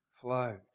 flowed